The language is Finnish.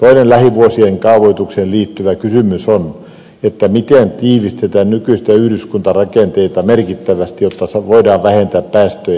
toinen lähivuosien kaavoitukseen liittyvä kysymys on miten tiivistetään nykyisiä yhdyskuntarakenteita merkittävästi jotta voidaan vähentää päästöjä